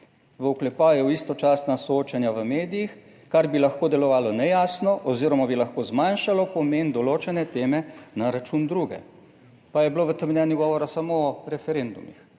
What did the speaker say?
v oklepaju, istočasna soočenja v medijih, kar bi lahko delovalo nejasno oziroma bi lahko zmanjšalo pomen določene teme na račun druge, pa je bilo v tem mnenju govora samo o referendumih,